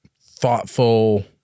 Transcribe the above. thoughtful